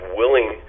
willing